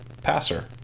passer